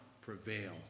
prevail